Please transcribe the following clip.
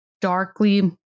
darkly